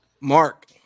Mark